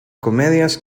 comedias